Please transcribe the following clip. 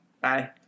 Bye